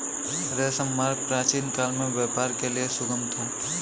रेशम मार्ग प्राचीनकाल में व्यापार के लिए सुगम था